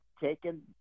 taken